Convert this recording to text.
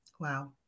Wow